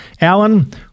Alan